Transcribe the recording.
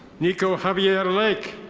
nico javier lake.